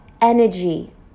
energy